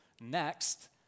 Next